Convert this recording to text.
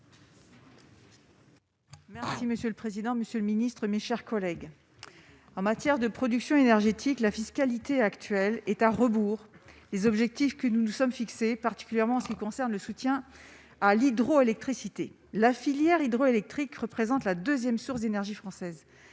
Merci monsieur le président, Monsieur le Ministre, mes chers collègues, en matière de production énergétique, la fiscalité actuelle est à rebours les objectifs que nous nous sommes fixés, particulièrement en ce qui concerne le soutien à l'hydroélectricité, la filière hydroélectrique représente la 2ème source d'énergie française